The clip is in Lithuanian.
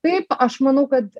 taip aš manau kad